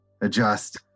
adjust